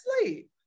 sleep